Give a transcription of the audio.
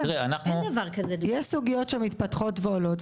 יש סוגיות שמתפתחות ועולות,